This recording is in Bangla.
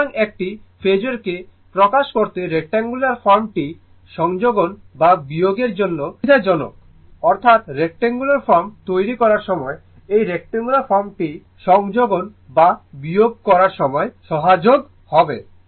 সুতরাং একটি ফেজোর কে প্রকাশ করতে রেক্ট্যাঙ্গুলার ফর্মটি সংযোজন বা বিয়োগের জন্য সুবিধাজনক অর্থাৎ রেক্ট্যাঙ্গুলার ফর্ম তৈরি করার সময় এই রেক্ট্যাঙ্গুলার ফর্মটি সংযোজন বা বিয়োগের করার সময় সহায়ক হবে